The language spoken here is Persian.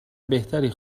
بهتری